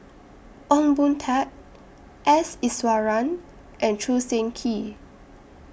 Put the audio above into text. Ong Boon Tat S Iswaran and Choo Seng Quee